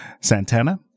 Santana